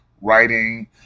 writing